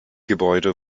gebäude